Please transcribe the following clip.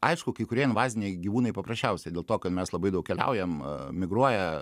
aišku kai kurie invaziniai gyvūnai paprasčiausiai dėl to kad mes labai daug keliaujam migruoja